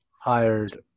hired